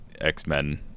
X-Men